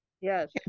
Yes